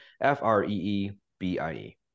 F-R-E-E-B-I-E